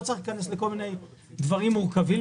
לא צריך להיכנס לכל מיני דברים מורכבים.